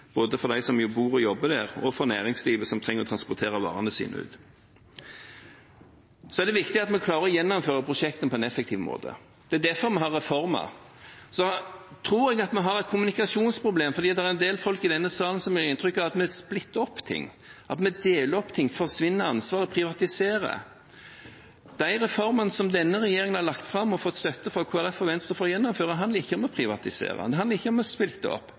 både for dem som bor og jobber der, og for næringslivet, som trenger å transportere varene sine. Det er viktig at vi klarer å gjennomføre prosjektene på en effektiv måte. Det er derfor vi har reformer. Jeg tror at vi har et kommunikasjonsproblem, for det er en del folk i denne salen som gir inntrykk av at vi splitter opp ting, at vi deler opp ting, ansvar forsvinner og vi privatiserer. De reformene som denne regjeringen har lagt fram og fått støtte fra Kristelig Folkeparti og Venstre for å gjennomføre, handler ikke om å privatisere. Det handler ikke om å splitte opp. Det